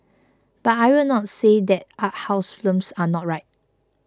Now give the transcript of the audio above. but I will not say that art house films are not right